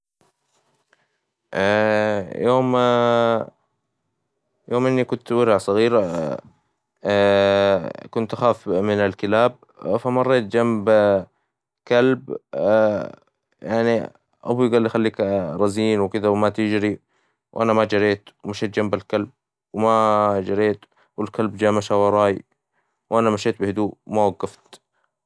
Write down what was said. يوم إني كنت ورع صغير كنت أخاف من الكلاب، فمريت جنب كلب يعني أبوي قال لي: خليك رزين وكذا وما تجري وأنا ما جريت ومشيت جنب الكلاب وما جريت والكلب جا مشى وراي، وأنا مشيت بهدوء وما وقفت.